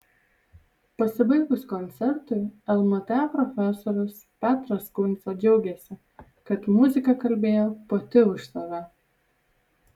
pasibaigus koncertui lmta profesorius petras kunca džiaugėsi kad muzika kalbėjo pati už save